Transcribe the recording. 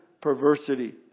perversity